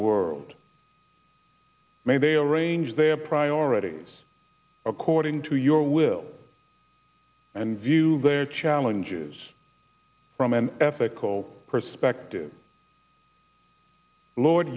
world made a arrange their priorities according to your will and view their challenges from an ethical perspective lord